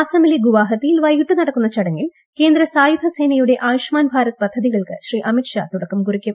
അസ്സമിലെ ഗുവാഹത്തിയിൽ വൈകിട്ടു നടക്കുന്ന ചടങ്ങിൽ കേന്ദ്ര സായുധസേനയുടെ ആയുഷ്മാൻഭാരത് പദ്ധതികൾക്ക് ശ്രീ അമിത്ഷാ തുടക്കം കുറിക്കും